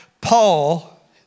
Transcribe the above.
Paul